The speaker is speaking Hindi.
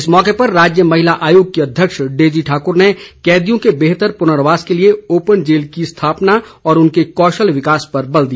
इस अवसर पर राज्य महिला आयोग की अध्यक्ष डेजी ठाक्र ने कैदियों के बेहतर प्नर्वास के लिए ओपन जेल की स्थापना और उनके कौशल विकास पर बल दिया